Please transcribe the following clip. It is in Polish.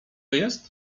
jest